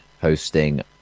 hosting